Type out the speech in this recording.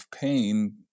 pain